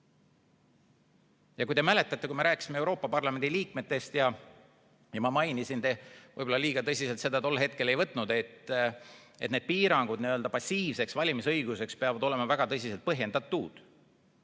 te mäletate, et kui me rääkisime Euroopa Parlamendi liikmetest, siis ma mainisin – te võib-olla liiga tõsiselt seda tol hetkel ei võtnud –, et need passiivse valimisõiguse piirangud peavad olema väga tõsiselt põhjendatud.